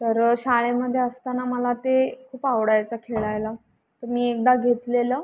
तर शाळेमध्ये असताना मला ते खूप आवडायचं खेळायला तर मी एकदा घेतलेलं